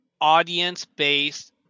audience-based